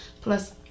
plus